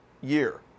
year